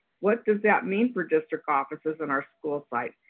what does that mean for district offices in our school's site?